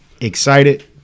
excited